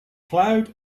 cloud